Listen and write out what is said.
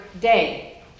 day